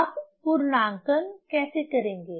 आप पूर्णांकन कैसे करेंगे